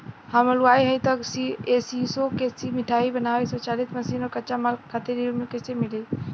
हम हलुवाई हईं त ए.सी शो कैशमिठाई बनावे के स्वचालित मशीन और कच्चा माल खातिर ऋण कइसे मिली?